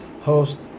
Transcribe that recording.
host